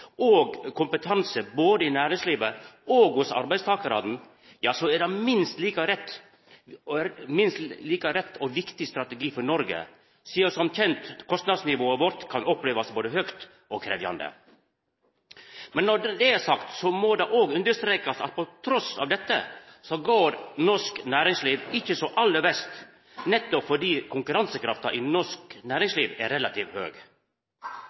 og kompetanse både i næringslivet og hos arbeidstakarane, ja så er det ein minst like rett og viktig strategi for Noreg, sidan kostnadsnivået vårt som kjent kan opplevast som både høgt og krevjande. Når det er sagt, må det understrekast at trass i dette går norsk næringsliv ikkje så aller verst, nettopp fordi konkurransekrafta i norsk næringsliv er relativt høg.